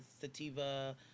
sativa